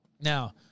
now